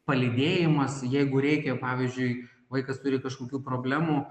palydėjimas jeigu reikia pavyzdžiui vaikas turi kažkokių problemų